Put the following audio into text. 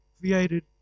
created